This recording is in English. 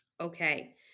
Okay